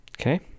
okay